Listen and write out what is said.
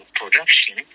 production